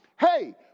Hey